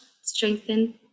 strengthen